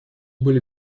были